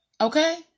Okay